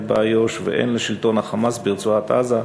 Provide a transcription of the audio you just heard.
באיו"ש והן לשלטון ה"חמאס" ברצועת-עזה,